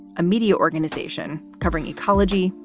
a media organization covering ecology,